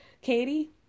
Katie